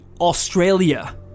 Australia